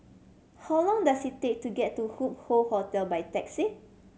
how long does it take to get to Hup Hoe Hotel by taxi